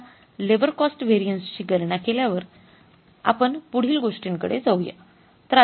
आता labour cost variance ची गणना केल्यावर आपण पुढील गोष्टींकडे जाऊ या